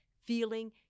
feeling